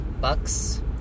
Bucks